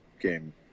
game